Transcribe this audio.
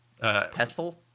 Pestle